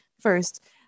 First